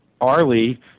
Arlie